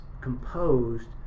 composed